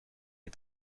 des